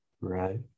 Right